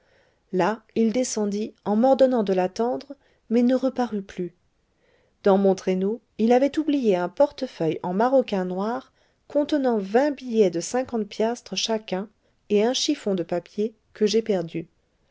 là il descendit en m'ordonnant de l'attendre mais ne reparut plus dans mon traîneau il avait oublié un portefeuille en maroquin noir contenant vingt billets de cinquante piastres chacun et un chiffon de papier que j'ai perdu